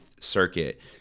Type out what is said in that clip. Circuit